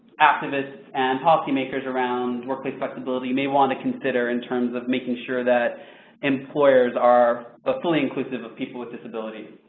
activists and policymakers around workplace flexibility may want to consider in terms of making sure that employers are ah fully inclusive of people with disabilities.